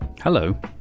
hello